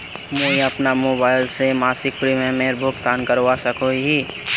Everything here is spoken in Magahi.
मुई अपना मोबाईल से मासिक प्रीमियमेर भुगतान करवा सकोहो ही?